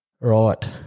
Right